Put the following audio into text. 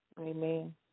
Amen